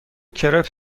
کرپ